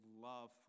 love